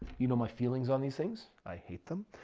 you know my feelings on these things, i hate them.